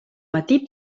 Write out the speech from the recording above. matí